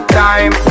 time